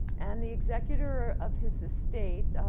and, the executor of his estate,